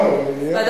למה?